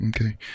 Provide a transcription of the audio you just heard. okay